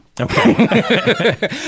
Okay